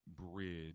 Bridge